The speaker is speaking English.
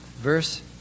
verse